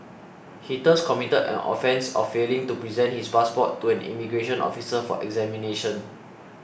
he thus committed an offence of failing to present his passport to an immigration officer for examination